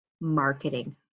Marketing